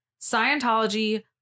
Scientology